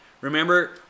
Remember